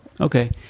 Okay